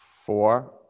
four